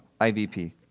IVP